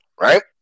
right